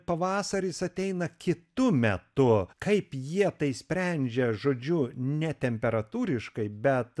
pavasaris ateina kitu metu kaip jie tai sprendžia žodžiu ne temperatūriškai bet